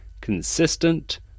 consistent